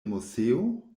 moseo